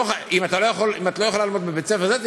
אם את לא יכולה ללמוד בבית-ספר זה,